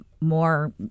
more